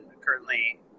currently